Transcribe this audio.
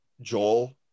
joel